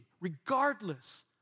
regardless